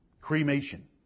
Cremation